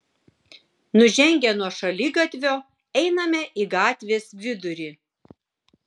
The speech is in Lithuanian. nužengę nuo šaligatvio einame į gatvės vidurį